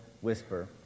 whisper